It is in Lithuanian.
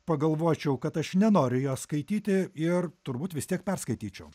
pagalvočiau kad aš nenoriu jos skaityti ir turbūt vis tiek perskaityčiau